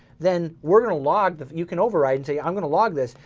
then we're gonna log, you can override and say, i'm gonna log this.